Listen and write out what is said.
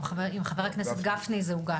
גם עם חבר הכנסת גפני זה הוגש.